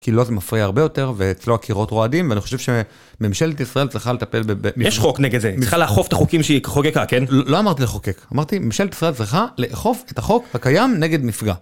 כי לו זה מפריע הרבה יותר, ואצלו הקירות רועדים, ואני חושב שממשלת ישראל צריכה לטפל בזה. יש חוק נגד זה, היא צריכה לאכוף את החוקים שהיא חוקקה, כן? לא אמרתי לחוקק, אמרתי ממשלת ישראל צריכה לאכוף את החוק הקיים נגד נפגע.